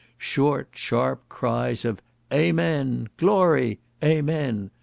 short sharp cries of amen! glory! amen!